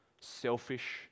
selfish